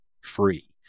free